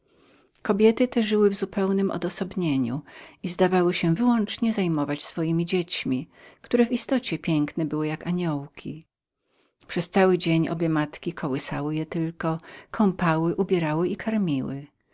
kobiety te żyły w zupełnem odosobieniu i zdawały się wyłącznie zajmować swemi dziećmi które w istocie piękne były jak aniołki przez cały dzień obie matki kołysały je tylko kąpały ubierały i karmiły